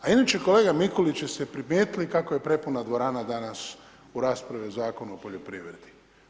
A inače kolega Mikulić, jeste primijetili kako je prepuna dvorana danas u raspravi o Zakonu o poljoprivredi.